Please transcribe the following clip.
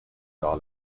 all